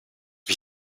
wie